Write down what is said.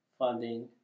funding